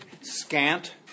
scant